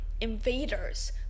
invaders